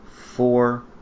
four